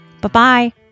Bye-bye